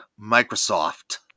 Microsoft